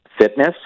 fitness